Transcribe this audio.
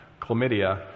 chlamydia